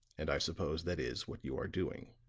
and i suppose that is what you are doing.